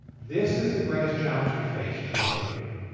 this is the greatest challenge we face geopolitically.